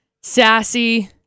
sassy